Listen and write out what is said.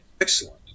Excellent